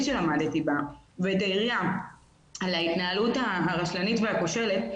שלמדתי בה ואת העירייה על ההתנהלות הרשלנית והכושלת.